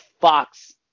Fox